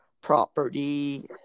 property